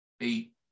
eight